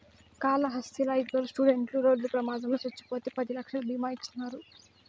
కాళహస్తిలా ఇద్దరు స్టూడెంట్లు రోడ్డు ప్రమాదంలో చచ్చిపోతే పది లక్షలు బీమా ఇచ్చినారు